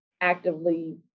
actively